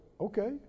okay